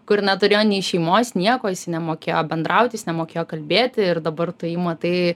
kur neturėjo nei šeimos nieko jisai nemokėjo bendrauti jis nemokėjo kalbėti ir dabar tu jį matai